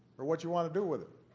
or what you want to do with it.